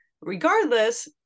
Regardless